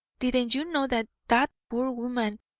didn't you know that that poor woman,